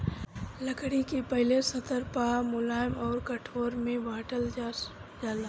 लकड़ी के पहिले स्तर पअ मुलायम अउर कठोर में बांटल जाला